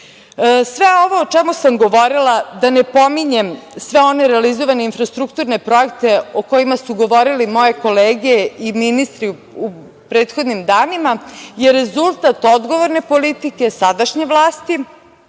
ovo o čemu sam govorila, da ne pominjem sve one realizovane infrastrukturne projekte o kojima su govorile moje kolege i ministri u prethodnim danima, je rezultat odgovorne politike sadašnje vlasti.